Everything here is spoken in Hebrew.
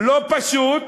לא פשוט.